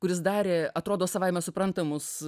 kuris darė atrodo savaime suprantamus